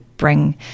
bring